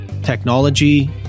technology